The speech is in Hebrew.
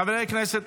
חברי הכנסת,